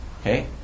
Okay